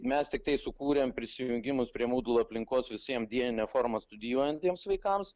mes tiktai sukūrėm prisijungimus prie moodle aplinkos visiem dienine forma studijuojantiems vaikams